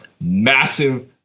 massive